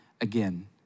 again